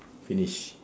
finish